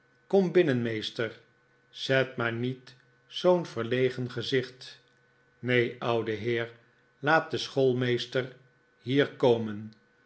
kom binnen meester zet maar niet zoo'n verlegen gezicht neen oude heer laat den schoolmeester hier komen